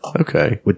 Okay